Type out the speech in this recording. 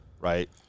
right